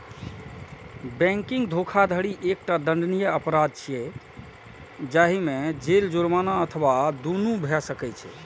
banking धोखाधड़ी एकटा दंडनीय अपराध छियै, जाहि मे जेल, जुर्माना अथवा दुनू भए सकै छै